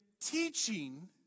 teaching